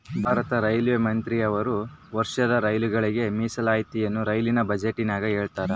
ಭಾರತದ ರೈಲ್ವೆ ಮಂತ್ರಿಯವರು ವರ್ಷದ ರೈಲುಗಳಿಗೆ ಮೀಸಲಾತಿಯನ್ನ ರೈಲಿನ ಬಜೆಟಿನಗ ಹೇಳ್ತಾರಾ